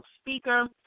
speaker